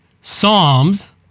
Psalms